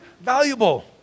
valuable